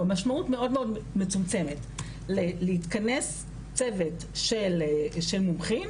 משמעות מאוד מצומצמת להתכנס צוות של מומחים